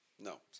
no